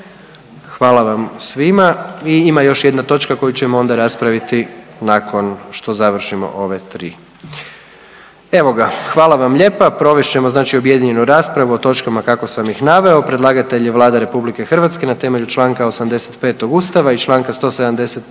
Hvala vam svima. I ima još jedna točka koju ćemo onda raspraviti nakon što završimo ove tri. Evo ga, hvala vam lijepa provest ćemo znači objedinjenu raspravu o točkama kako sam ih naveo. Predlagatelj je Vlada RH na temelju čl. 85. Ustava i čl. 172.